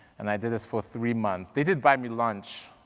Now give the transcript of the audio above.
and i did this for three months. they did buy me lunch,